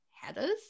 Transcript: headers